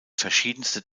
verschiedenste